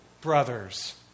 brothers